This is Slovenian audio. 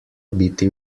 biti